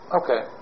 okay